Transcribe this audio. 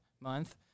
month